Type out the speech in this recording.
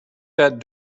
that